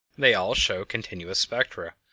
they all show continuous spectra,